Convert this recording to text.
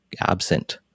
absent